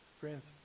Friends